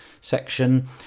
section